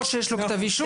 או שיש לו כתב אישום.